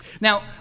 Now